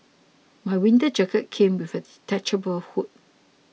my winter jacket came with a detachable hood